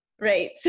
right